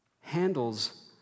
handles